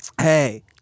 Hey